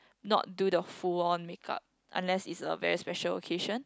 not do the full on makeup unless is a very special occasion